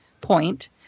point